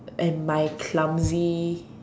and my clumsy